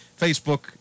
Facebook